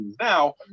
now